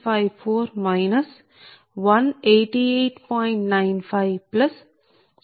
54 188